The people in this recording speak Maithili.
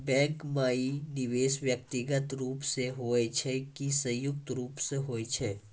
बैंक माई निवेश व्यक्तिगत रूप से हुए छै की संयुक्त रूप से होय छै?